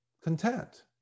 content